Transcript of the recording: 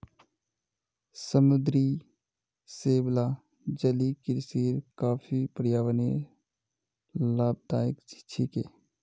समुद्री शैवाल जलीय कृषिर काफी पर्यावरणीय लाभदायक छिके